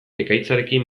ekaitzarekin